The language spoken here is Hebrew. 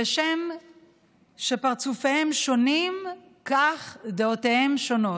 כשם שפרצופיהם שונים, כך דעותיהם שונות.